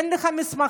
אין לך מסמכים,